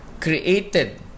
created